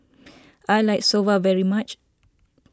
I like Soba very much